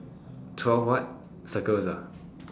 twelve what circles ah